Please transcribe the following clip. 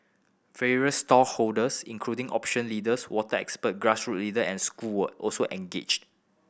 various stakeholders including opinion leaders water expert grassroot leader and school were also engaged